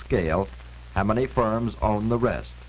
scale how many firms own the rest